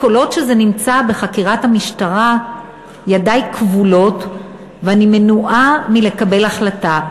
כל עוד זה נמצא בחקירת המשטרה ידי כבולות ואני מנועה מלקבל החלטה.